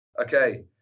Okay